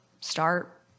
start